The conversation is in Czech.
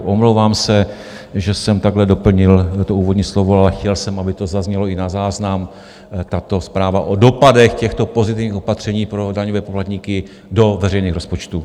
Omlouvám se, že jsem takhle doplnil to úvodní slovo, ale chtěl jsem, aby to zaznělo i na záznam, zpráva o dopadech těchto pozitivních opatření pro daňové poplatníky do veřejných rozpočtů.